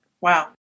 Wow